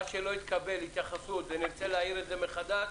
מה שלא יקבל התייחסות ונרצה להאיר מחדש,